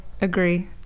agree